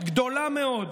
גדולה מאוד,